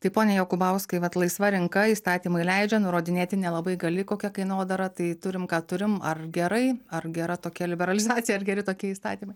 tai pone jokubauskai vat laisva rinka įstatymai leidžia nurodinėti nelabai gali kokią kainodarą tai turim ką turim ar gerai ar gera tokia liberalizacija ar geri tokie įstatymai